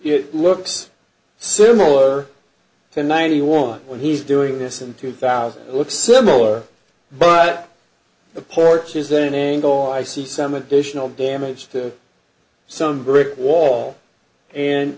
it looks similar to ninety one when he's doing this in two thousand looks similar but the porch is then angle i see some additional damage to some brick wall and